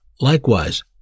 Likewise